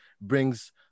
brings